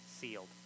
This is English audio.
sealed